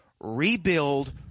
Rebuild